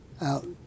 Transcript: out